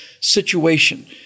situation